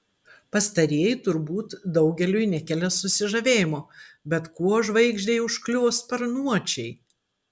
pastarieji turbūt daugeliui nekelia susižavėjimo bet kuo žvaigždei užkliuvo sparnuočiai